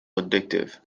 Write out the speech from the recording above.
addictive